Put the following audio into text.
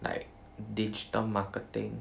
like digital marketing